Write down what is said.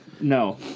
No